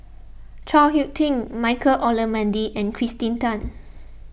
Chao Hick Tin Michael Olcomendy and Kirsten Tan